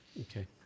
Okay